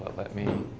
let me